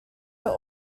were